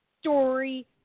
story